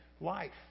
life